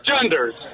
genders